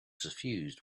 suffused